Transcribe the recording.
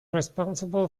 responsible